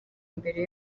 mbere